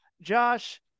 Josh